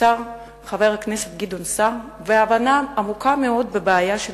מהשר חבר הכנסת גדעון סער והבנה עמוקה מאוד של הבעיה.